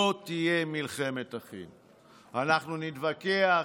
אנחנו נתווכח,